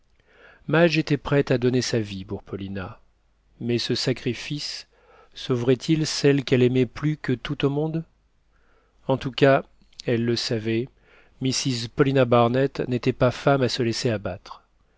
madge était prête à donner sa vie pour paulina mais ce sacrifice sauverait il celle qu'elle aimait plus que tout au monde en tout cas elle le savait mrs paulina barnett n'était pas femme à se laisser abattre